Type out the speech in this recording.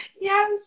yes